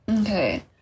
Okay